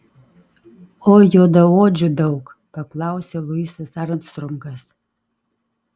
o juodaodžių daug paklausė luisas armstrongas